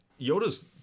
Yoda's